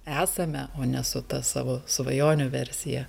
esame o ne su ta savo svajonių versija